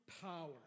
power